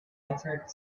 answered